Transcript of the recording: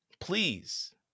please